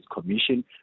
Commission